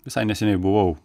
visai neseniai buvau